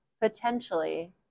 potentially